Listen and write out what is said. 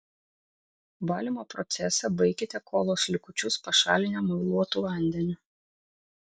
valymo procesą baikite kolos likučius pašalinę muiluotu vandeniu